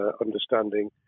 understanding